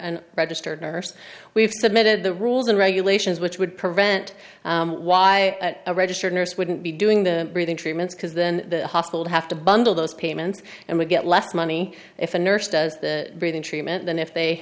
a registered nurse we've submitted the rules and regulations which would prevent why a registered nurse wouldn't be doing the breathing treatments because then the hospital have to bundle those payments and we get less money if a nurse does the breathing treatment than if they